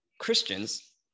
Christians